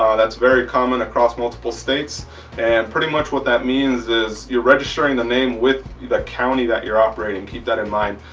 that's very common across multiple states and pretty much what that means is you're registering the name with the county that you're operating keep that in mind.